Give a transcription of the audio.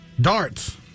Darts